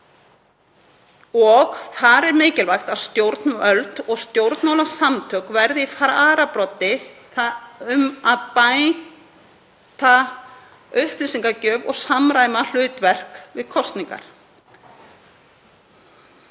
Þar er mikilvægt að stjórnvöld og stjórnmálasamtök verði í fararbroddi um að bæta upplýsingagjöf og samræma hlutverk við kosningar.